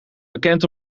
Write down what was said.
bekend